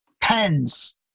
pens